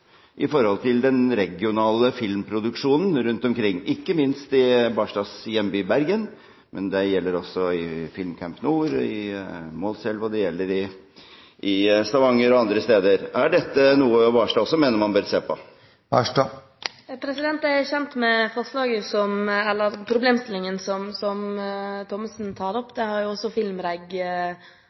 i forhold til den regionale filmproduksjonen rundt omkring, ikke minst i Knutson Barstads hjemby, Bergen. Det gjelder også i FilmCamp i Målselv, og det gjelder i Stavanger og andre steder. Er dette noe Knutson Barstad mener man bør se på? Jeg er kjent med problemstillingen som Thommessen tar opp. Det har også